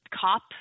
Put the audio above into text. cop